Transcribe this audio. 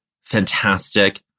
fantastic